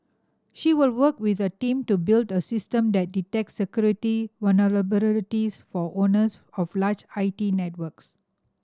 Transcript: she will work with a team to build a system that detects security vulnerabilities for owners of large I T networks